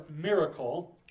miracle